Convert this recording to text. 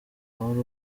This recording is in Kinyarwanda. wari